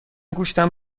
گوشتم